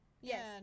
Yes